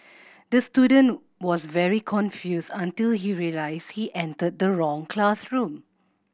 the student was very confused until he realised he entered the wrong classroom